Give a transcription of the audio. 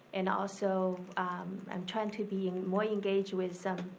and also i'm tryin' to be and more engaged with some